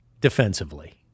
defensively